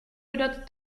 dodat